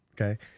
okay